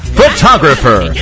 photographer